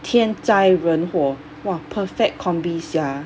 天灾人祸 !wah! perfect combi sia